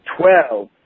twelve